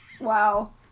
Wow